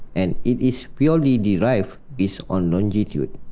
and it is purely derive based on longitude.